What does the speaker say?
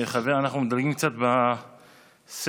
אנחנו מדלגים קצת בסדר.